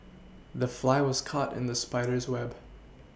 the fly was caught in the spider's web